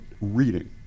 reading